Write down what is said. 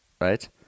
right